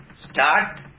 Start